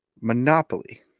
Monopoly